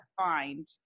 find